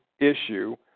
issue